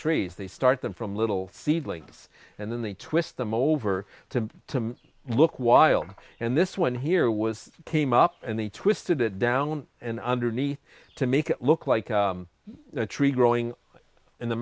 trees they start them from little seedlings and then they twist them over to to look while and this one here was came up and they twisted it down and underneath to make it look like a tree growing in the